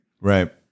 Right